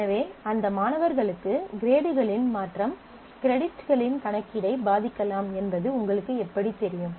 எனவே அந்த மாணவர்களுக்கு கிரேடுகளின் மாற்றம் கிரெடிட்களின் கணக்கீட்டை பாதிக்கலாம் என்பது உங்களுக்கு எப்படித் தெரியும்